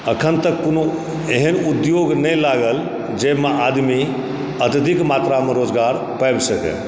अखनतक कोनो एहन उद्योग नहि लागल जाहिमे आदमी अत्यधिक मात्रामे रोजगार पाबि सकए